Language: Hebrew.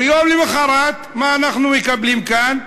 ויום למחרת, מה אנחנו מקבלים כאן?